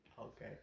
Okay